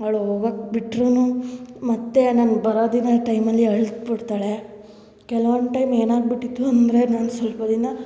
ಅವಳು ಹೋಗಕ್ಕೆ ಬಿಟ್ಟರೂ ಮತ್ತೆ ನಾನು ಬರೋದಿನ ಟೈಮಲ್ಲಿ ಅಳ್ತಾ ಬಿಡ್ತಾಳೆ ಕೆಲ್ವೊಂದು ಟೈಮ್ ಏನಾಗಿಬಿಟ್ಟಿತ್ತು ಅಂದರೆ ನಾನು ಸ್ವಲ್ಪ ದಿನ